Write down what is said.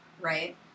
right